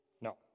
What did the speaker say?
no